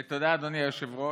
תודה, אדוני היושב-ראש.